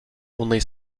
only